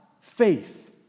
faith